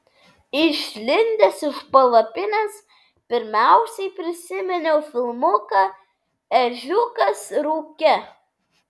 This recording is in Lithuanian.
išlindęs iš palapinės pirmiausia prisiminiau filmuką ežiukas rūke